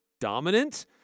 dominant